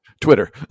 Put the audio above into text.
Twitter